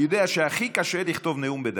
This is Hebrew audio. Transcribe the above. אני יודע שהכי קשה לכתוב נאום בדקה.